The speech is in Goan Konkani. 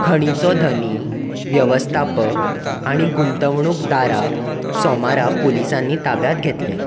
खणीचो धनी वेवस्थापक आनी गुंतवणूकदाराक सोमारा पुलिसांनी ताब्यांत घेतले